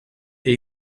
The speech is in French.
est